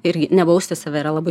irgi ne bausti save yra labai